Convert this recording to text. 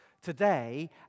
today